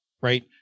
right